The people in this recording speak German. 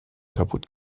kaputt